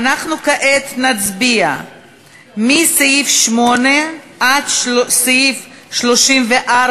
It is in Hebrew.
אנחנו כעת נצביע מסעיף 8 עד סעיף 34,